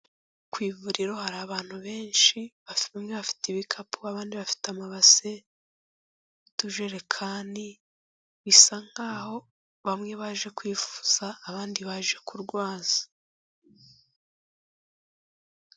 Ku ivuriro hari abantu benshi, bamwe bafite ibikapu, abandi bafite amabase n'utujerekani, bisa nk'aho bamwe baje kwivuza, abandi baje kurwaza.